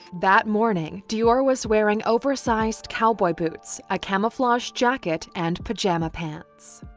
that morning, deorr was wearing oversized cowboy boots, a camouflage jacket and pajama pants.